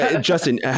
Justin